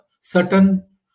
certain